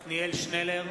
עתניאל שנלר,